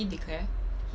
did he declare